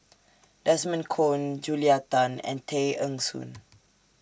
Desmond Kon Julia Tan and Tay Eng Soon